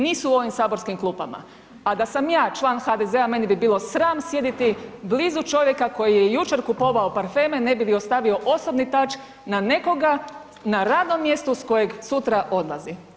Nisu u ovim saborskim klupama a da sam ja član HDZ-a, mene bi bilo sram sjediti blizu čovjeka koji je jučer kupovao parfeme ne bi li ostavio osobni touch na nekoga, na radno mjesto iz kojeg sutra odlazi.